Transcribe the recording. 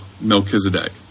Melchizedek